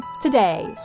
today